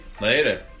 Later